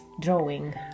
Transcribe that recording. drawing